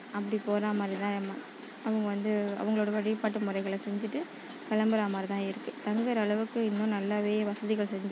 அப்படி போகிற மாதிரிதான் அவங்க வந்து அவங்களோட வழிபாட்டு முறைகளை செஞ்சிகிட்டு கிளம்புறமாரிதான் இருக்குது தங்குற அளவுக்கு இன்னும் நல்லாவே வசதிகள் செஞ்சு